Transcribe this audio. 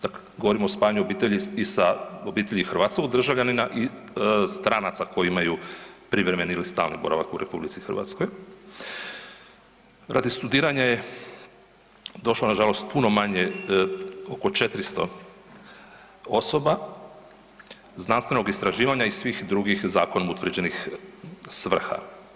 Dakle, govorimo o spajanju obitelji i sa obitelji hrvatskog državljanina i stranaca koji imaju privremeni ili stalni boravak u RH, radi studiranja je došlo nažalost puno manje, oko 400 osoba, znanstvenog istraživanja i svih drugih zakonom utvrđenih svrha.